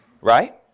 Right